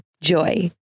Joy